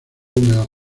húmedos